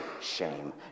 shame